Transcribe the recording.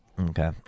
Okay